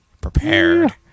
prepared